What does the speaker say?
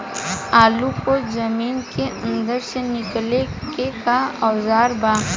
आलू को जमीन के अंदर से निकाले के का औजार बा?